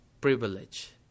privilege